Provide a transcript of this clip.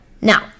Now